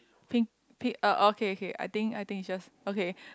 pink pink uh okay okay I think I think is just okay